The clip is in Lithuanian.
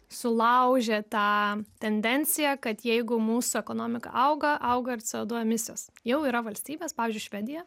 sulaužė tą tendenciją kad jeigu mūsų ekonomika auga auga ir co du emisijos jau yra valstybės pavyzdžiui švedija